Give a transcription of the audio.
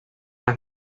las